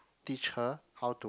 teach her how to